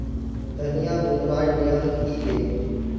धनिया बूनवार नियम की गे?